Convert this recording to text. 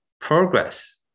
progress